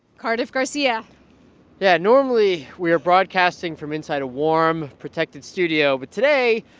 cardiff garcia yeah. normally, we are broadcasting from inside a warm, protected studio. but today,